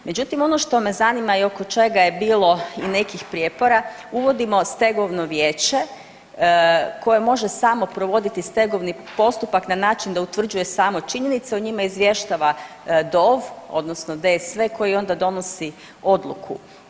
Međutim, ono što me zanima i oko čega je bilo i nekih prijepora, uvodimo stegovno vijeće koje može samo provoditi stegovni postupak na način da utvrđuje samo činjenice, o njima izvještava DOV odnosno DSV koji onda donosi odluku.